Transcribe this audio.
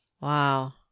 Wow